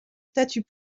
statues